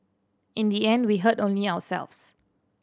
in the end we hurt only ourselves